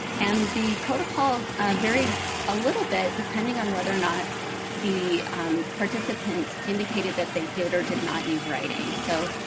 and the protocol varied a little bit, depending on whether or not the um participants indicated that they did or did not use writing. so